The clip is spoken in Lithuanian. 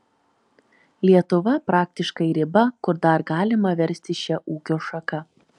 lietuva praktiškai riba kur dar galima verstis šia ūkio šaka